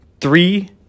Three